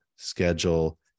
Schedule